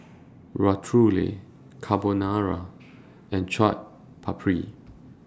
Ratatouille Carbonara and Chaat Papri